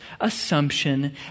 assumption